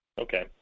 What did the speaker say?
Okay